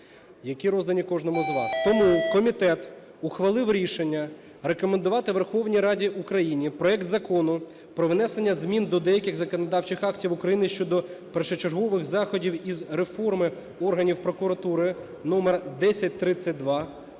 які роздані кожному з вас. Тому комітет ухвалив рішення рекомендувати Верховній Раді України проект Закону про внесення змін до деяких законодавчих актів України щодо першочергових заходів із реформи органів прокуратури (№1032).